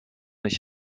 ich